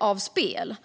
av spel.